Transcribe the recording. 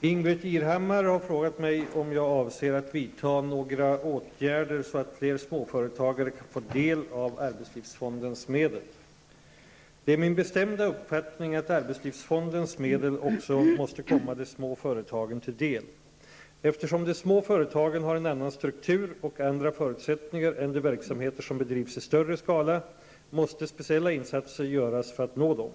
Ingbritt Irhammar har frågat mig om jag avser att vidta några åtgärder så att fler småföretagare kan få del av arbetslivsfondens medel. Det är min bestämda uppfattning att arbetslivsfondens medel också måste komma de små företagen till del. Eftersom de små företagen har en annan struktur och andra förutsättningar än de verksamheter som bedrivs i större skala, måste speciella insatser göras för att nå dem.